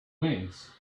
wings